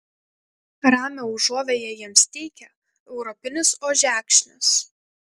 ramią užuovėją jiems teikia europinis ožekšnis